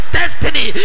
destiny